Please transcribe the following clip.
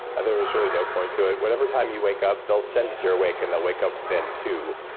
ah there was really no point to it. whatever time you wake up, they'll sense you're awake and they'll wake up then too.